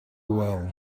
well